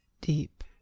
deep